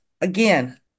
again